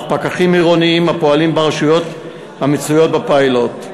פקחים עירוניים הפועלים ברשויות המצויות בפיילוט.